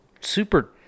super